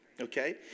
Okay